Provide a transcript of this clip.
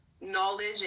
knowledge